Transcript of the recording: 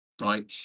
right